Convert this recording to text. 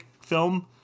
film